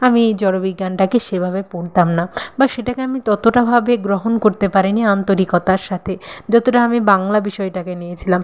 আমি জড় বিজ্ঞানটাকে সেভাবে পড়তাম না বা সেটাকে আমি ততটা ভাবে গ্রহণ করতে পারিনি আন্তরিকতার সাথে যতটা আমি বাংলা বিষয়টাকে নিয়েছিলাম